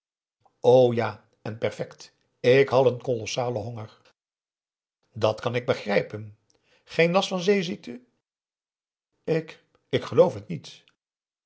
ja en perfect ik had een kolossalen honger dat kan ik begrijpen geen last van zeeziekte ik ik geloof het niet